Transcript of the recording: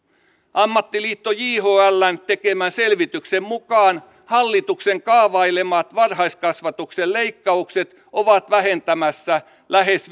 ammattiliitto jhln tekemän selvityksen mukaan hallituksen kaavailemat varhaiskasvatuksen leikkaukset ovat vähentämässä lähes